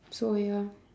so ya